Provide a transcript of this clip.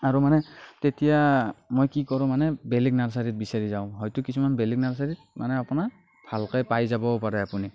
আৰু মানে তেতিয়া মই কি কৰোঁ মানে বেলেগ নাৰ্চাৰীত বিচাৰি যাওঁ হয়তো কিছুমান বেলেগ নাৰ্চাৰীত মানে আপোনাৰ ভালকে পাই যাবও পাৰে আপুনি